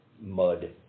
mud